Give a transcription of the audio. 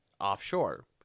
offshore